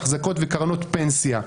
אחזקות וקרנות פנסיה,